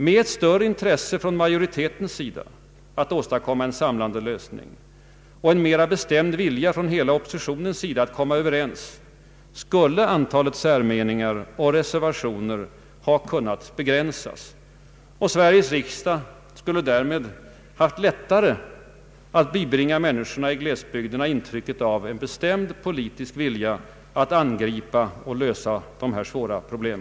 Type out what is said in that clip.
Med ett större intresse från majoritetens sida att åstadkomma en samlande lösning och med en mer bestämd vilja från hela oppositionens sida att komma överens skulle antalet särmeningar och reservationer ha kunnat begränsas. Sveriges riksdag skulle därmed ha haft lättare att bibringa människorna i glesbygderna intrycket av en bestämd politisk vilja att angripa och lösa dessa svåra problem.